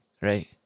right